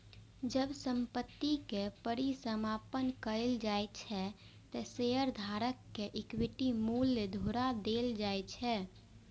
जब संपत्ति के परिसमापन कैल जाइ छै, ते शेयरधारक कें इक्विटी मूल्य घुरा देल जाइ छै